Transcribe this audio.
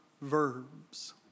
verbs